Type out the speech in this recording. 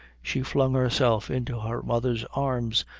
she flung herself into her mother's arms,